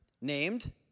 named